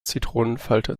zitronenfalter